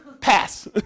Pass